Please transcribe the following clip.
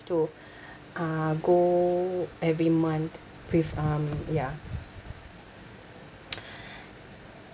to uh go every month pref~ um ya